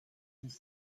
hoeft